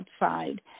outside